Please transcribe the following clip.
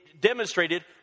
demonstrated